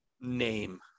name